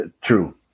True